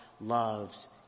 loves